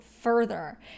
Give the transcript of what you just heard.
further